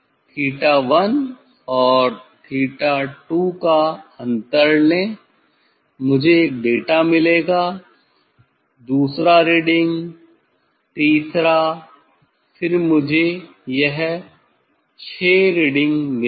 '𝛉1' और '𝛉2' का अंतर लें मुझे एक डेटा मिलेगा दूसरा रीडिंग तीसरा फिर मुझे यह 6 रीडिंग मिलेंगी